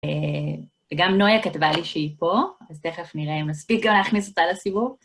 וגם נויה כתבה לי שהיא פה, אז תכף נראה אם נספיק גם להכניס אותה לסיבוב.